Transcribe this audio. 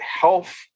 health